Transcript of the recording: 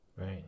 Right